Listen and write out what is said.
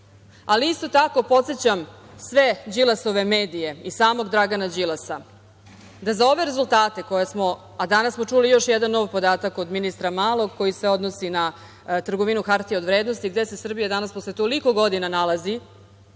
Srbiji. Isto tako, podsećam sve Đilasove medije i samog Dragana Đilasa da za ove rezultate koje smo, a danas smo čuli još jedan nov podatak od ministra Malog koji se odnosi na trgovinu hartija od vrednosti, gde se Srbija danas posle toliko godina nalazi,